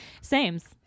Sames